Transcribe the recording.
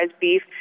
beef